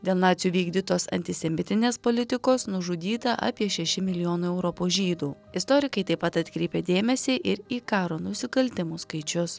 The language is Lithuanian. dėl nacių vykdytos antisemitinės politikos nužudyta apie šeši milijonai europos žydų istorikai taip pat atkreipia dėmesį ir į karo nusikaltimų skaičius